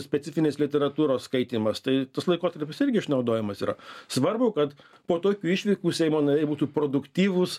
specifinės literatūros skaitymas tai tas laikotarpis irgi išnaudojamas yra svarbu kad po tokių išvykų seimo nariai būtų produktyvūs